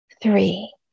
three